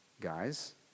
guys